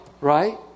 right